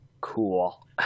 cool